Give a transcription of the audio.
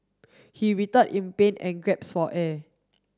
he in pain and for air